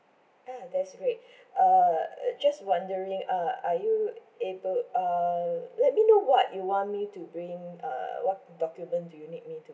ah that's great uh just wondering uh are you able uh let me know what you want me to bring uh what documents do you need me to